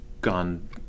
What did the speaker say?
gone